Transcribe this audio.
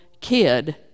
kid